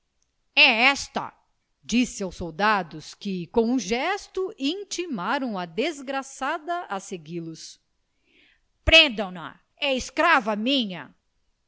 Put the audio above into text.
esta disse aos soldados que com um gesto intimaram a desgraçada a segui los prendam na é escrava minha